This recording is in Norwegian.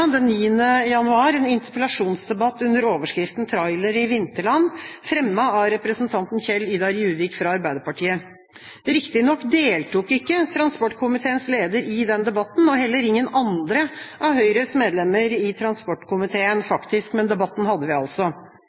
en interpellasjonsdebatt fremmet av representanten Kjell-Idar Juvik fra Arbeiderpartiet, om et tema som han kalte «Trailere i vinterland». Riktignok deltok ikke transportkomiteens leder i den debatten, og faktisk heller ingen andre av Høyres medlemmer i transportkomiteen, men debatten hadde vi altså.